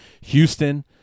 Houston